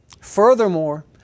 Furthermore